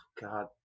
god